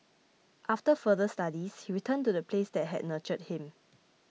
after further studies he returned to the place that had nurtured him